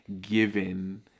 given